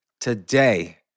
today